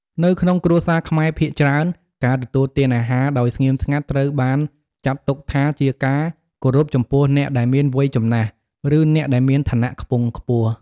នៅក្នុងគ្រួសារខ្មែរភាគច្រើន ការទទួលទានអាហារដោយស្ងៀមស្ងាត់ត្រូវបានចាត់ទុកថាជាការគោរពចំពោះអ្នកដែលមានវ័យចំណាស់ ឬអ្នកដែលមានឋានៈខ្ពង់ខ្ពស់។